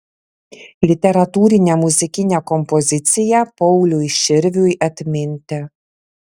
literatūrinė muzikinė kompozicija pauliui širviui atminti